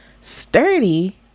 sturdy